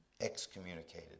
excommunicated